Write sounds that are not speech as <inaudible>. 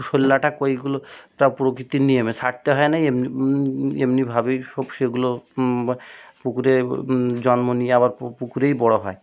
শোল ল্যাঠা কইগুলো <unintelligible> প্রকৃতির নিয়মে সারতে হয় না এমনি এমনিভাবেই সব সেগুলো পুকুরে ও জন্ম নিয়ে আবার পু পুকুরেই বড় হয়